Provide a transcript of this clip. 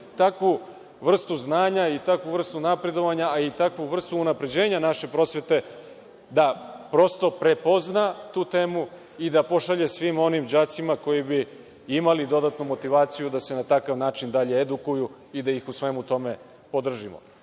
takvu vrstu znanju i takvu vrstu napredovanja, a i takvu vrstu unapređenja naše prosvete, da prosto prepozna tu temu i da pošalje svim onim đacima koji bi imali dodatnu motivaciju da se na takav način dalje edukuju i da ih u svemu tome podržimo. Zbog